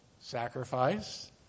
sacrifice